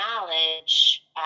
knowledge